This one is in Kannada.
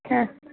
ಹಾಂ